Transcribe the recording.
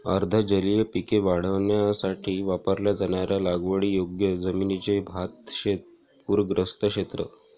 अर्ध जलीय पिके वाढवण्यासाठी वापरल्या जाणाऱ्या लागवडीयोग्य जमिनीचे भातशेत पूरग्रस्त क्षेत्र